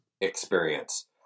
Experience